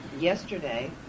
Yesterday